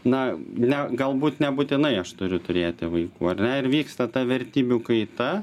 na ne galbūt nebūtinai aš turiu turėti vaikų ar ne ir vyksta ta vertybių kaita